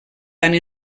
tant